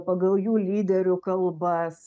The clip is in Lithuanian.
pagal jų lyderių kalbas